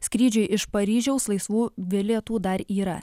skrydžiui iš paryžiaus laisvų bilietų dar yra